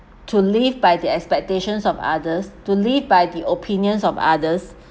to live by the expectations of others to live by the opinions of others